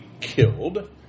killed